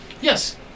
yes